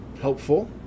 helpful